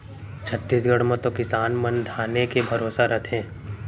छत्तीसगढ़ म तो किसान मन धाने के भरोसा रथें